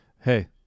Hey